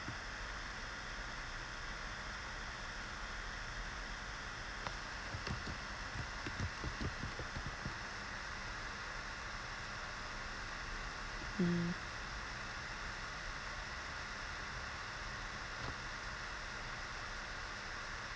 mm